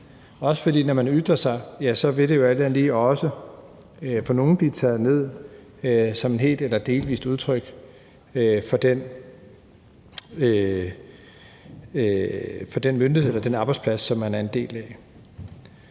i. For når man ytrer sig, vil det jo alt andet lige også for nogle blive taget ned som et helt eller delvist udtryk for den myndighed eller den arbejdsplads, som man er en del af.